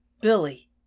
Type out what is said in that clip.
Billy